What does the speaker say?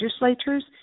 legislatures